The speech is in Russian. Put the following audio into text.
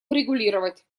урегулировать